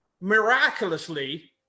Miraculously-